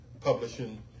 Publishing